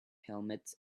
helmet